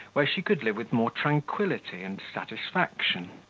where she could live with more tranquility and satisfaction.